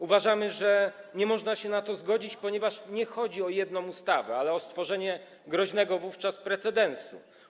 Uważamy, że nie można się na to zgodzić, ponieważ nie chodzi o jedną ustawę, ale o stworzenie groźnego wówczas precedensu.